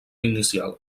inicial